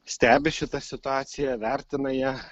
stebi šitą situaciją vertina ją